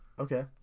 Okay